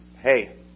Hey